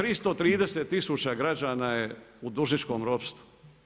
330 tisuća građana je u dužničkom ropstvu.